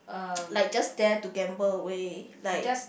like just dare to gamble away like